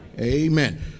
Amen